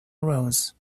arose